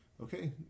okay